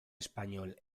español